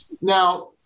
Now